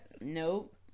Nope